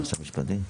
היועצת המשפטית.